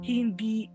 Hindi